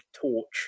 torch